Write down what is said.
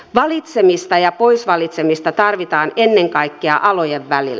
valitsemista ja poisvalitsemista tarvitaan ennen kaikkea alojen välillä